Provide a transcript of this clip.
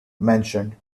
mentioned